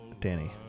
Danny